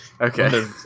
Okay